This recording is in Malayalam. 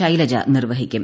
ശൈലജ നിർവ്വഹിക്കും